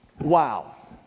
Wow